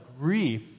grief